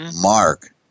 Mark